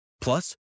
Plus